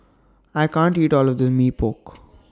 I can't eat All of This Mee Pok